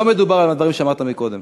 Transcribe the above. לא מדובר על הדברים שאמרת קודם.